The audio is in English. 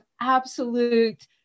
absolute